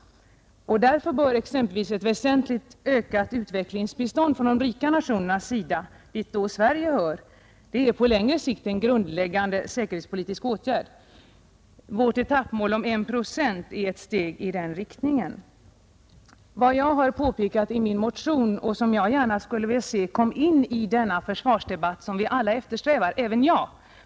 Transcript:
Därför bör ett väsentligt ökat utvecklingsbistånd från de rika nationerna, dit Sverige hör, på längre sikt vara en grundläggande säkerhetspolitisk åtgärd. Vårt etappmål av 1 procent 1974/75 är ett steg i den riktningen. Vad jag har påpekat i min motion skulle jag gärna vilja se komma med i den försvarsdebatt som vi alla eftersträvar.